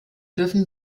dürfen